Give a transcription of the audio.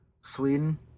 Sweden